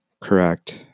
Correct